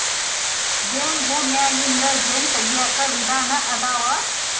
ಜೇನು ಗೂಡನ್ಯಾಗಿಂದ ಜೇನ ತಗಿಯಾಕ ವಿಧಾನಾ ಅದಾವ